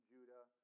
Judah